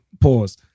Pause